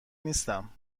نیستم